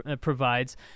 provides